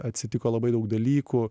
atsitiko labai daug dalykų